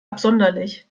absonderlich